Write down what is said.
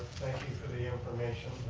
thank you for the information.